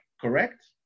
Correct